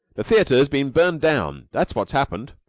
the theater's been burned down that's what's happened.